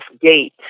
Gate